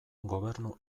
gobernu